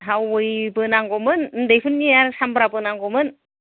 हावयैबो नांगौमोन ओन्दैफोरनि आर सामब्राबो नांगौमोन